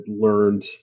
learned